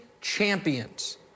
champions